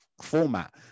format